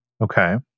Okay